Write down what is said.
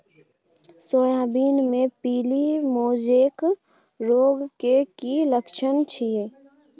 Soybean मे पीली mosaic रोग के की लक्षण छीये?